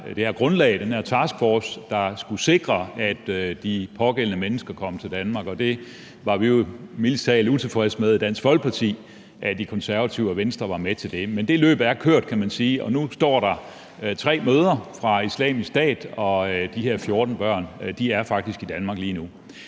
det her grundlag, den her taskforce, der skulle sikre, at de pågældende mennesker kom til Danmark, og det var vi jo mildest talt utilfredse med i Dansk Folkeparti, altså at De Konservative og Venstre var med til det. Men det løb er kørt, kan man sige, og nu står der 3 mødre fra Islamisk Stat og de her 14 børn og faktisk er i Danmark lige nu,